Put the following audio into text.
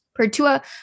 Pertua